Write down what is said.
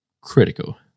critical